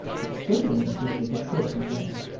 but still they insisted that quilp was there,